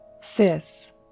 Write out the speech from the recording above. Sis